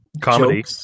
Comedy